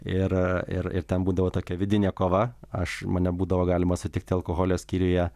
ir ir ir ten būdavo tokia vidinė kova aš mane būdavo galima sutikti alkoholio skyriuje